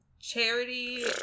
Charity